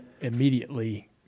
immediately –